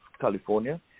California